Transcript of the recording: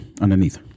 underneath